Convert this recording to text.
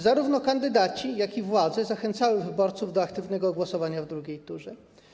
Zarówno kandydaci, jak i władze zachęcali wyborców do aktywnego głosowania w drugiej turze.